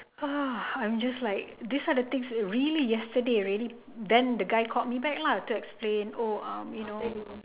!wah! I'm just like these are the things really yesterday ready then the guy called me back lah to explain oh um you know